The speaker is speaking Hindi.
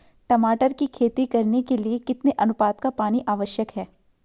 टमाटर की खेती करने के लिए कितने अनुपात का पानी आवश्यक है?